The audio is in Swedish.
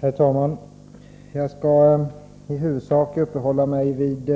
Herr talman! Jag skall i huvudsak uppehålla mig vid